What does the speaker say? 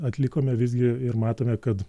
atlikome visgi ir matome kad